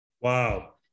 Wow